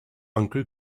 uncle